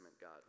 God